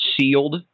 sealed